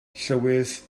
llywydd